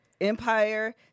empire